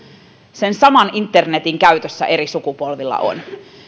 sen saman internetin käytössä eri sukupolvilla on